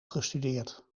gestudeerd